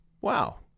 wow